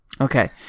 Okay